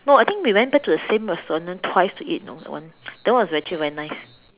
no I think we went back to the same restaurant twice to eat you know that one that one was actually very nice